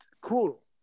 cool